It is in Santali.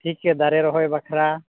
ᱪᱮᱫ ᱪᱮᱫ ᱫᱟᱨᱮ ᱨᱚᱦᱚᱭ ᱵᱟᱠᱷᱨᱟ